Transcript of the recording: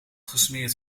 gesmeerd